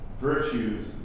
virtues